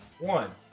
One